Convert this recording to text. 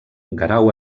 guerau